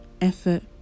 effort